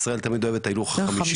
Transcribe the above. ישראל תמיד אוהבת את ההילוך החמישי.